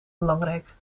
belangrijk